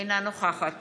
אינה נוכחת